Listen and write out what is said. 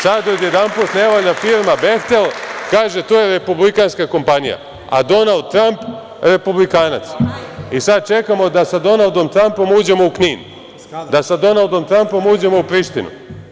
Sada, odjedanput, ne valja firma „Behtel“, kažete da je to republikanska kompanija, a Donald Tramp republikanac i sad čekamo da sa Donaldom Trampom uđemo u Knin, da sa Donaldom Trampom uđemo u Prištinu?